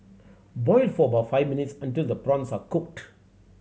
boil for about five minutes until the prawns are cooked